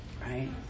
Right